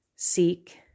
seek